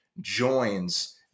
joins